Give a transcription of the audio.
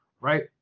right